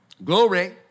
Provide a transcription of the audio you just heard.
Glory